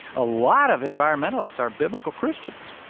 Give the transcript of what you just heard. a lot of environmentalists are biblical christians